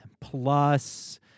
plus—